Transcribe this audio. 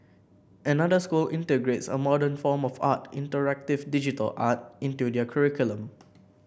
another school integrates a modern form of art interactive digital art into their curriculum